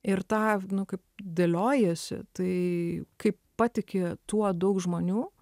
ir tą nu kaip dėliojasi tai kaip patiki tuo daug žmonių